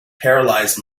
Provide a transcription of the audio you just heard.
paralysed